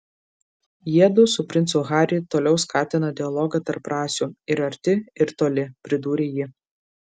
jiedu su princu harry toliau skatina dialogą tarp rasių ir arti ir toli pridūrė ji